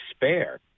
despair